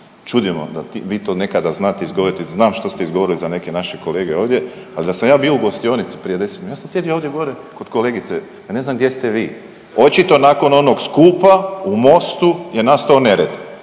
čudimo da vi to nekada znate izgovoriti, znam što ste izgovorili za neke naše kolege ovdje, al da sam ja bio u gostionici prije 10 minuta, ja sam sjedio ovdje gore kod kolegice, ja ne znam gdje ste vi, očito nakon onog skupa u Mostu je nastao nered,